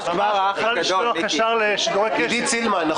עידית סילמן-